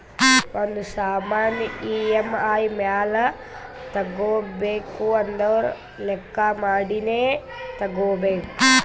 ಒಂದ್ ಸಾಮಾನ್ ಇ.ಎಮ್.ಐ ಮ್ಯಾಲ ತಗೋಬೇಕು ಅಂದುರ್ ಲೆಕ್ಕಾ ಮಾಡಿನೇ ತಗೋಬೇಕು